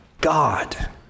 God